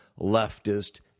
leftist